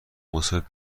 مسافر